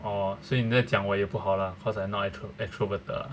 orh 所以你也在讲我也不好 lah cause I not extro~ extroverted ah